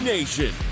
Nation